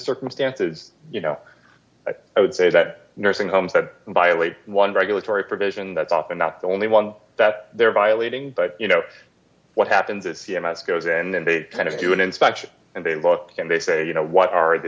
circumstances you know i would say that nursing homes that violate one regulatory provision that's often not the only one that they're violating but you know what happens if c m s goes and then they kind of do an inspection and they look and they say you know what are the